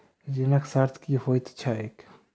ऋणक शर्त की होइत छैक?